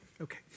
okay